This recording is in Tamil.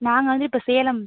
நாங்கள் வந்து இப்போ சேலம்